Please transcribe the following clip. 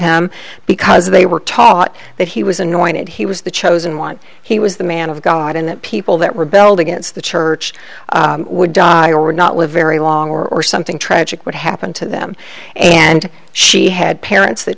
him because they were taught that he was anointed he was the chosen one he was the man of god and that people that rebelled against the church would die or not live very long or something tragic would happen to them and she had parents that